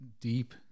deep